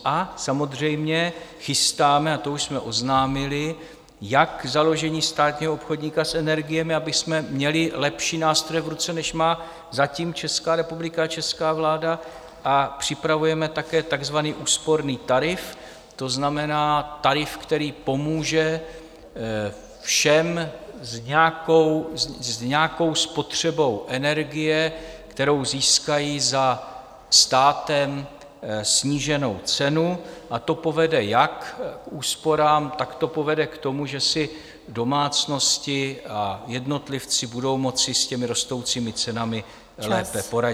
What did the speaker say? A samozřejmě chystáme a to už jsme oznámili jak založení státního obchodníka s energiemi, abychom měli lepší nástroje v ruce, než má zatím Česká republika a česká vláda, a připravujeme také takzvaný úsporný tarif, to znamená tarif, který pomůže všem s nějakou spotřebou energie, kterou získají za státem sníženou cenu, a to povede jak k úsporám, tak to povede k tomu, že si domácnosti a jednotlivci budou moci s těmi rostoucími cenami lépe poradit.